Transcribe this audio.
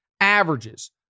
Averages